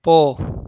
போ